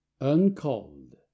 Uncalled